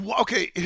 Okay